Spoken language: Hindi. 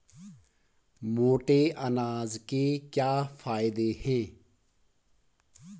मोटे अनाज के क्या क्या फायदे हैं?